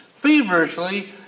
feverishly